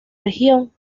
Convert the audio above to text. región